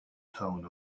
tone